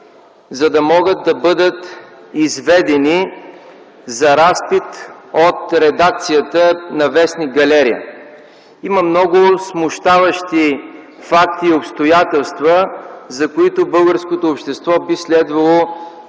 за да могат да бъдат изведени за разпит от редакцията на в. „Галерия”? Има много смущаващи факти и обстоятелства, за които българското общество би следвало